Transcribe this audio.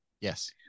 Yes